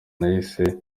nahise